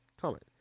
comment